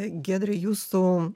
giedre jūsų